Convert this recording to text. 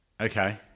Okay